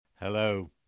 Hello